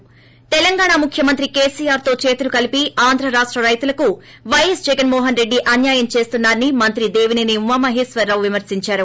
ి తెలంగాణ ముఖ్యమంత్రి కేసీఆర్ తో చేతులు కలిపి ఆంధ్ర రాష్ట రైతులకు వైఎస్ జగన్మోహన్ రెడ్డి అన్యాయం చేస్తున్నారని మంత్రి దేవిసేని ఉమామహేశ్వరరావు విమర్పించారు